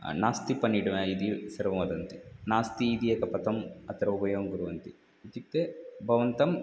नास्ति पन्निडुवे इति सर्वं वदन्ति नास्ति इति एकपदम् अत्र उपयोगं कुर्वन्ति इत्युक्ते भवन्तं